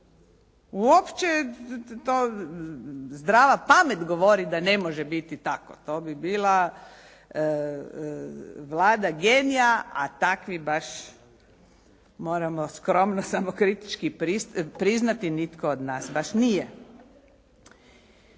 Uopće to zdrava pamet govori da ne može biti tako. To bi bila vlada genija, a takvi baš moramo skromno, samokritički priznati nitko od nas baš nije.